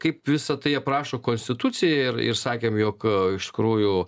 kaip visa tai aprašo konstitucija ir ir sakėm jog iš tikrųjų